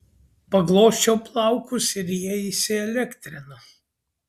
paglosčiau plaukus ir jie įsielektrino